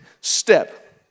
step